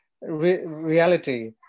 reality